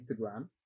Instagram